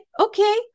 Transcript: okay